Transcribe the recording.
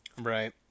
Right